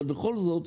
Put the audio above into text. אבל בכל זאת,